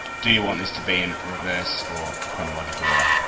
do you want this to be in reverse or chronological order.